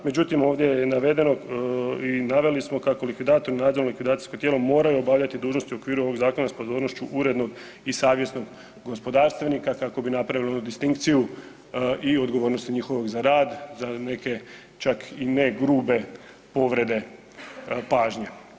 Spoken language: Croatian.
Međutim, ovdje je navedeno i naveli smo kako likvidator i nadzorno likvidacijsko tijelo moraju obavljati dužnosti u okviru ovog zakona s pozornošću urednog i savjesnog gospodarstvenika kako bi napravili onu distinkciju i odgovornost njihovog za rad za neke čak i ne grube povrede pažnje.